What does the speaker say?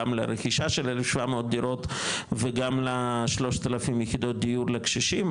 גם לרכישה של 1,700 דירות וגם ל-3,000 יחידות דיור לקשישים,